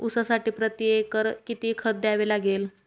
ऊसासाठी प्रतिएकर किती खत द्यावे लागेल?